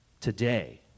today